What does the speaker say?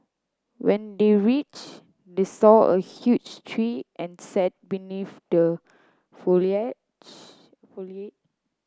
when they reached they saw a huge tree and sat beneath the foliage